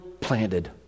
planted